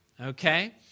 Okay